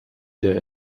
der